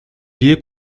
lier